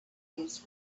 these